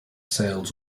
sales